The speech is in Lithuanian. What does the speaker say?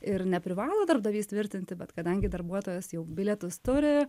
ir neprivalo darbdavys tvirtinti bet kadangi darbuotojas jau bilietus turi